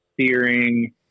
steering